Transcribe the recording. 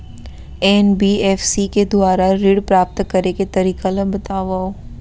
NBFC के दुवारा ऋण प्राप्त करे के तरीका ल बतावव?